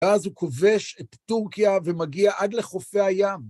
אז הוא כובש את טורקיה ומגיע עד לחופי הים.